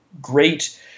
great